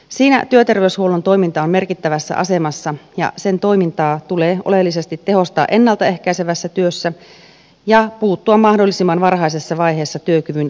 siinä työterveyshuollon toiminta on merkittävässä asemassa ja sen toimintaa tulee oleellisesti tehostaa ennalta ehkäisevässä työssä ja puuttua mahdollisimman varhaisessa vaiheessa työkyvyn alenemiseen